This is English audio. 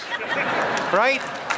right